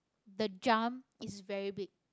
the jump is very big